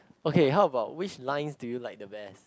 okay how about which lines do you like the best